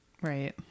Right